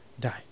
died